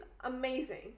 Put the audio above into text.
amazing